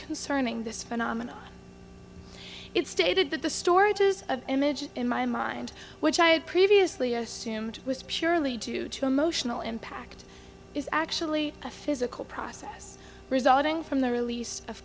concerning this phenomenon it stated that the storage is an image in my mind which i had previously assumed was purely due to emotional impact is actually a physical process resulting from the release of